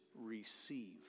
receive